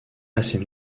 assez